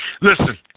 Listen